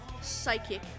psychic